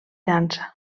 dansa